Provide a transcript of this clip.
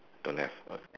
don't have